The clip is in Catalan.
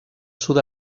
sud